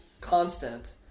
constant